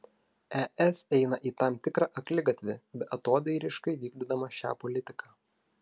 es eina į tam tikrą akligatvį beatodairiškai vykdydama šią politiką